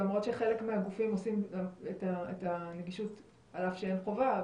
למרות שחלק מהגופים עושים את הנגישות על אף שאין חובה,